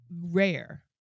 rare